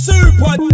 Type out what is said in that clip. Super